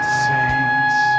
saints